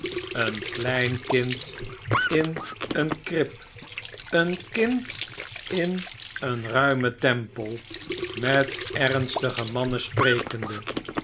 een klein kind in een krib een kind in een ruimen tempel met ernstige mannen sprekende